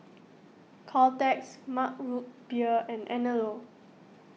Caltex Mug Root Beer and Anello